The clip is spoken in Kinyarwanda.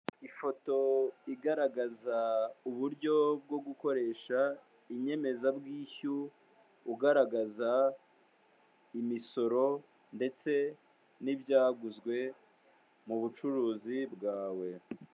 Ifoto igaragaza uburyo bwo gukoresha inyemezabwishyu, ugaragaza imisoro ndetse n'ibyaguzwe mu bucuruzi bwawe.